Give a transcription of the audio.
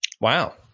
Wow